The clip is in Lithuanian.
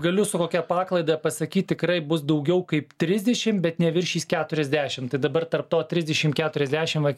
galiu su kokia paklaida pasakyt tikrai bus daugiau kaip trisdešim bet neviršys keturiasdešim tai dabar tarp to trisdešim keturiasdešim va